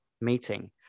meeting